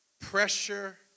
Pressure